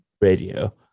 radio